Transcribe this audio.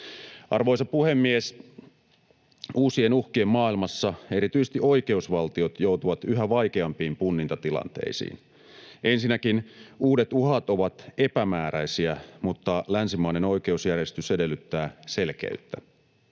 Arvoisa puhemies! Uusien uhkien maailmassa erityisesti oikeusvaltiot joutuvat yhä vaikeampiin punnintatilanteisiin. Ensinnäkin uudet uhat ovat epämääräisiä, mutta länsimainen oikeusjärjestys edellyttää selkeyttä.